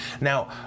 Now